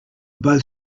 both